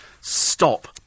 stop